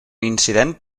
incident